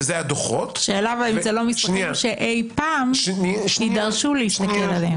שזה הדוחות --- השאלה אם זה לא מסמכים שמתישהו יידרש להסתכל אליהם?